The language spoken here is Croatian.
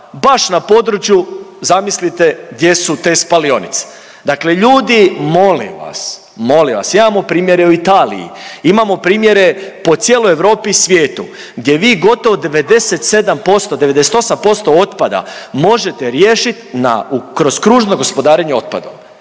baš na području, zamislite gdje su te spalionice. Dakle, ljudi molim vas, molim vas. Imamo primjere u Italiji, imamo primjere po cijeloj Europi i svijetu, gdje vi gotovo 97%, 98% otpada možete riješit na u kroz kružno gospodarenje otpadom.